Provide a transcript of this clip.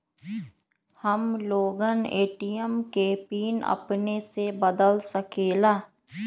हम लोगन ए.टी.एम के पिन अपने से बदल सकेला?